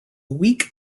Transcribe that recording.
weak